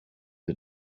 the